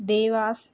Dewas